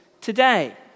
today